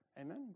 Amen